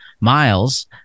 miles